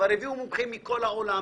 כבר הביאו מומחים מכל העולם.